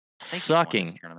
sucking